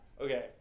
Okay